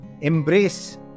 embrace